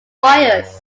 fires